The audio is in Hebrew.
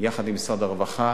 יחד עם משרד הרווחה.